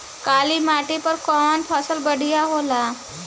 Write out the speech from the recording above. काली माटी पर कउन फसल बढ़िया होला?